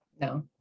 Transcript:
No